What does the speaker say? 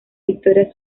victoria